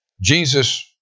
Jesus